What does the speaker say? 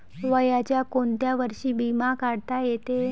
वयाच्या कोंत्या वर्षी बिमा काढता येते?